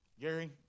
Gary